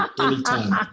anytime